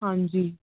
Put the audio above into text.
ਹਾਂਜੀ